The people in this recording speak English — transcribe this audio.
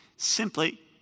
Simply